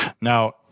Now